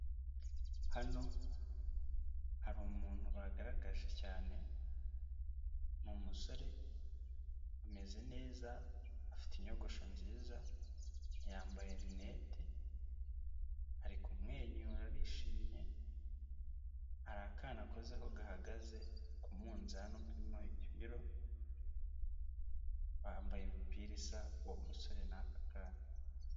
Hano hari umuntu bagaragaje cyane, ni umusore, ameze neza, afite inyogosho nziza, yambaye rinete, ari kumwenyura arishimye, hari akana akozeho gahagaze ku munzani upima ibiro, bambaye imipira isa, uwo musore n'aka kana.